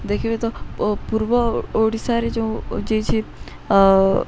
ଦେଖିବେ ତ ପୂର୍ବ ଓଡ଼ିଶାରେ ଯେଉଁ ଅଛି ସେ ଅ